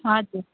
हजुर